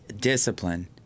discipline